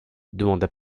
demanda